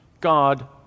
God